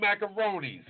macaronis